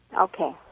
Okay